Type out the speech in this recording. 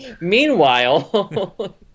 Meanwhile